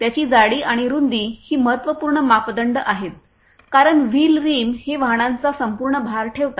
त्याची जाडी आणि रुंदी ही महत्त्वपूर्ण मापदंड आहेत कारण व्हील रिम हे वाहनांचा संपूर्ण भार ठेवतात